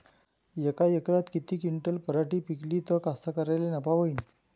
यका एकरात किती क्विंटल पराटी पिकली त कास्तकाराइले नफा होईन?